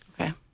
Okay